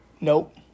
Nope